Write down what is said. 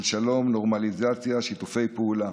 של שלום, נורמליזציה, שיתופי פעולה,